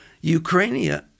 Ukraine